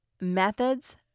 methods